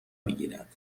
میگیرد